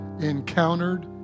encountered